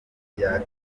irya